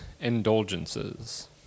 Indulgences